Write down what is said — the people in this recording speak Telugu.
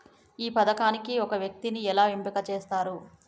ఈ పథకానికి ఒక వ్యక్తిని ఎలా ఎంపిక చేస్తారు?